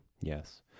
Yes